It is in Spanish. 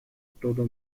todo